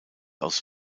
aus